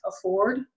afford